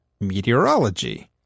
meteorology